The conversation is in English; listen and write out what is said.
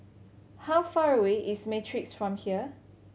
how far away is Matrix from here